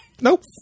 Nope